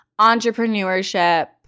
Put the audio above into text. entrepreneurship